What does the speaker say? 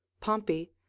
Pompey